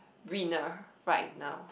winner right now